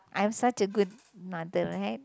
I'm such a good mother right